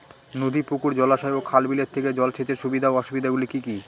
নদী পুকুর জলাশয় ও খাল বিলের থেকে জল সেচের সুবিধা ও অসুবিধা গুলি কি কি?